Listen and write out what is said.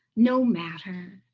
no matter.